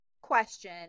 question